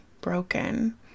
broken